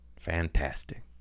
fantastic